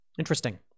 interesting